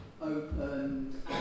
opened